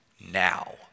now